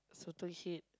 sotong head